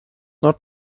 not